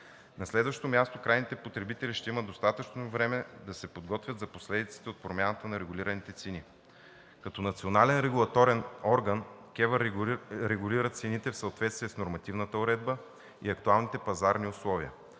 На следващо място, крайните потребители ще имат достатъчно време да се подготвят за последиците от промяната на регулираните цени. Като национален регулаторен орган КЕВР регулира цените в съответствие с нормативната уредба и актуалните пазарни условия.